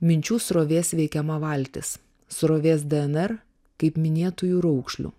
minčių srovės veikiama valtis srovės dėener kaip minėtųjų raukšlių